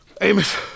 Amos